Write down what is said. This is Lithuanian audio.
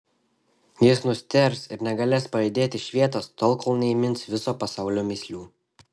jis nustėrs ir negalės pajudėti iš vietos tol kol neįmins viso pasaulio mįslių